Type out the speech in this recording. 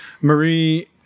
Marie